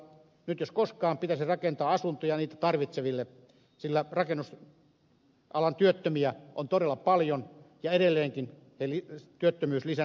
nyt jos koskaan pitäisi rakentaa asuntoja niitä tarvitseville sillä rakennusalan työttömiä on todella paljon edelleenkin eli työttömyys lisääntyy rakennusalalla